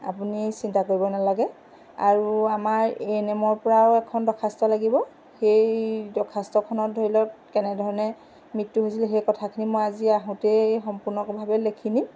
আপুনি চিন্তা কৰিব নালাগে আৰু আমাৰ এ এন এম ৰ পৰাও এখন দৰ্খাস্ত লাগিব সেই দৰ্খাস্তখনত ধৰি লওক কেনেধৰণে মৃত্যু হৈছিল সেই কথাখিনি মই আজি আহোঁতেই সম্পূৰ্ণভাৱে লিখি নিম